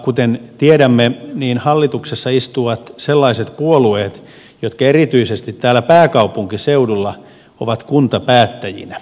kuten tiedämme niin hallituksessa istuvat sellaiset puolueet jotka erityisesti täällä pääkaupunkiseudulla ovat kuntapäättäjinä